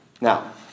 Now